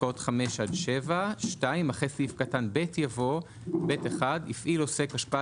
"פסקאות (5) עד (7)"; (2)אחרי סעיף קטן (ב) יבוא: "(ב1)הפעיל עוסק השפעה